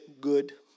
good